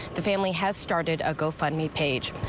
the family has started a go fund me page,